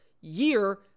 year